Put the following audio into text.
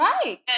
Right